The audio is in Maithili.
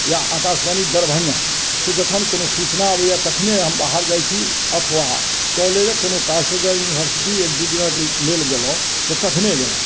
या आकाशवाणी दरभङ्गा से जखन कोनो सुचना अबैया तखने हम बाहर जाइ छी अथवा कॉलेज क कोनो काज से जाइ छी इन्वर्सिटी एक दू दिनक लेल गेलहुँ तऽ तखने गेलहुँ